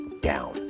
down